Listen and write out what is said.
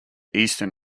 eastern